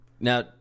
Now